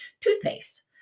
toothpaste